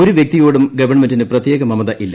ഒരു വ്യക്തിയോടും ഗവൺമെന്റിന് പ്രത്യേക മമത ഇല്ല